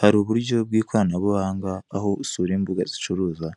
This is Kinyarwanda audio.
Hari uburyo bw'ikoranabuhanga aho usura imbuga zicuruza